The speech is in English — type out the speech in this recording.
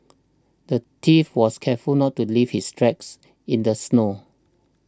the thief was careful to not leave his tracks in the snow